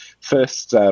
first